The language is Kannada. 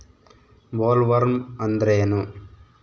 ಬೊಲ್ವರ್ಮ್ ಅಂದ್ರೇನು?